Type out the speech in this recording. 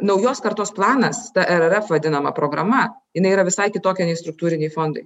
naujos kartos planas ta er er ef vadinama programa jinai yra visai kitokia nei struktūriniai fondai